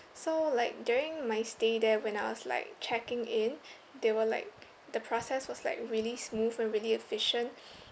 so like during my stay there when I was like checking in they were like the process was like really smooth and really efficient